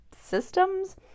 systems